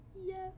yes